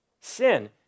sin